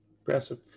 Impressive